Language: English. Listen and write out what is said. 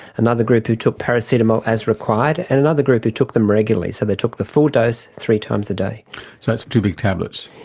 another group who took paracetamol as required, and another group who took them regularly, so they took the full dose three times a day. so that's two big tablets.